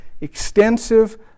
extensive